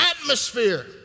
atmosphere